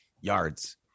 yards